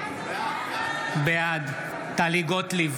בעד טלי גוטליב